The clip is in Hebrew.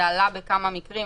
זה עלה בכמה מקרים.